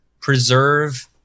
preserve